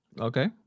Okay